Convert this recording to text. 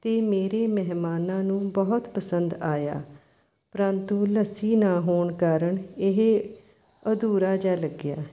ਅਤੇ ਮੇਰੇ ਮਹਿਮਾਨਾਂ ਨੂੰ ਬਹੁਤ ਪਸੰਦ ਆਇਆ ਪ੍ਰੰਤੂ ਲੱਸੀ ਨਾ ਹੋਣ ਕਾਰਨ ਇਹ ਅਧੂਰਾ ਜਿਹਾ ਲੱਗਿਆ